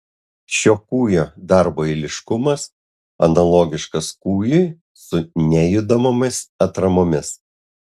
šio kūjo darbo eiliškumas analogiškas kūjui su nejudamomis atramomis